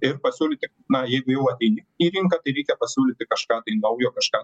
ir pasiūlyti na jeigu jau ateini į rinką tai reikia pasiūlyti kažką tai naujo kažką